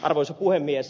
arvoisa puhemies